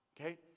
Okay